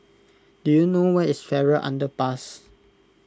do you know where is Farrer Underpass